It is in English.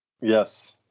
yes